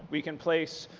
we can place,